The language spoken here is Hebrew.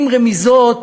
עם רמיזות